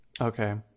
Okay